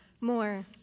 more